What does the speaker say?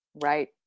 Right